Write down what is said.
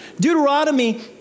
Deuteronomy